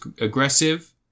aggressive